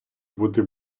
бути